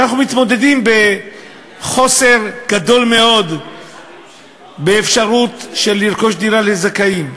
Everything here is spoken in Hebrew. אנחנו מתמודדים עם חוסר גדול מאוד באפשרות של רכישת דירה לזכאים,